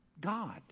God